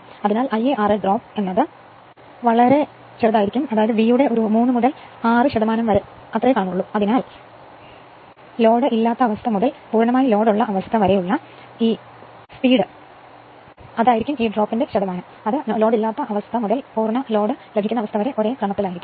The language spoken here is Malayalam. അതിനാൽ ഈ Ia ra ഡ്രോപ്പ് V യുടെ 3 മുതൽ 6 ശതമാനം വരെ വളരെ ചെറുതാണ് അതിനാൽ ലോഡ് മുതൽ ഫുൾ ലോഡ് വരെയുള്ള വേഗത ഒരേ ക്രമത്തിലാണ്